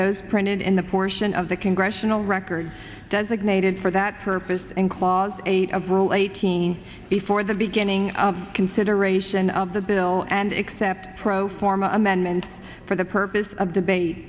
those printed in the portion of the congressional record designated for that purpose and clause eight of rule eighteen before the beginning of consideration of the bill and except pro forma amendment for the purpose of debate